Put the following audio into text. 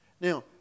Now